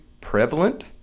prevalent